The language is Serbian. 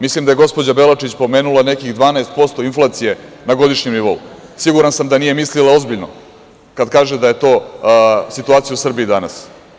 Mislim da je gospođa Belačić pomenula nekih 12% inflacije na godišnjem nivou, siguran sam da nije mislila ozbiljno kad kaže da je to situacija u Srbiji danas.